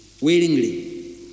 willingly